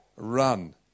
Run